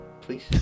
please